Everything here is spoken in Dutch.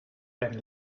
ben